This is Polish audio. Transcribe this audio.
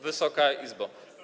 Wysoka Izbo!